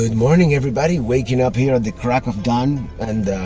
and morning everybody, waking up here at the crack of dawn. and